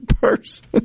person